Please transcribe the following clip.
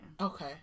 Okay